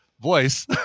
voice